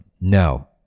No